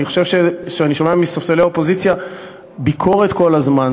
אני חושב שאני שומע מספסלי האופוזיציה ביקורת כל הזמן.